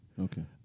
Okay